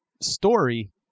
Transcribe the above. story